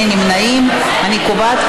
נא להצביע.